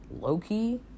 Loki